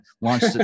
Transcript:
launched